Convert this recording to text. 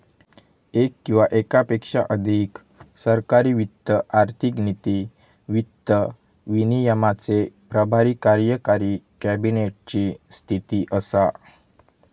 येक किंवा येकापेक्षा अधिक सरकारी वित्त आर्थिक नीती, वित्त विनियमाचे प्रभारी कार्यकारी कॅबिनेट ची स्थिती असा